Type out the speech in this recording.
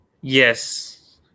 Yes